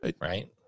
right